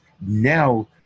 now